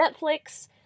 Netflix